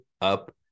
up